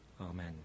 Amen